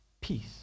peace